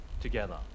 together